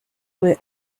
were